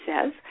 says